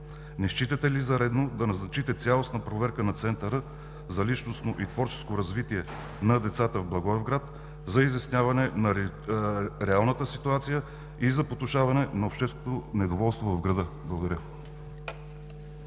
не считате ли за редно да назначите цялостна проверка на Центъра за личностно и творческо развитие на децата в Благоевград за изясняване на реалната ситуация и за потушаване на общественото недоволство в града? Благодаря.